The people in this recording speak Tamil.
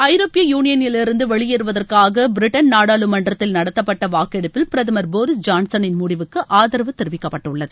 ஐரோப்பிய யூனியனிலிருந்து வெளியேறுவதற்காக பிரிட்டன் நாடாளுமன்றத்தில் நடத்தப்பட்ட வாக்கெடுப்பில் பிரதமர் போரிஸ் ஜான்சனின் முடிவுக்கு ஆதரவு தெரிவிக்கப்பட்டுள்ளது